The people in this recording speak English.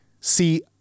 See